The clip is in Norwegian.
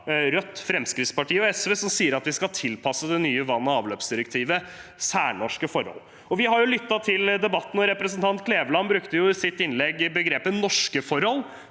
Rødt, Fremskrittspartiet og SV, som sier at vi skal tilpasse det nye vann- og avløpsdirektivet særnorske forhold. Vi har lyttet til debatten, og representanten Kleveland brukte i sitt innlegg begrepet «norske forhold»,